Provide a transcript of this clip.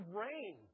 rain